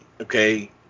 Okay